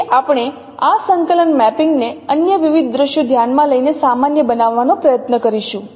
તેથી આપણે આ સંકલન મેપિંગ ને અન્ય વિવિધ દૃશ્યો ધ્યાનમાં લઈને સામાન્ય બનાવવાનો પ્રયત્ન કરીશું